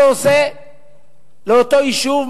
כי אני רואה מה זה עושה לאותו יישוב,